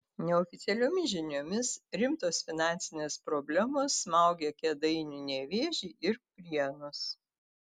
neoficialiomis žiniomis rimtos finansinės problemos smaugia kėdainių nevėžį ir prienus